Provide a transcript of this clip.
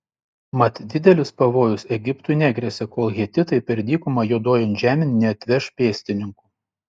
mat didelis pavojus egiptui negresia kol hetitai per dykumą juodojon žemėn neatveš pėstininkų